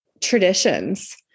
traditions